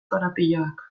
korapiloak